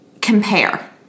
compare